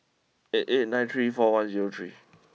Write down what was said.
eight eight nine three four one zero three